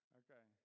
okay